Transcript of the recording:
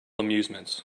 amusements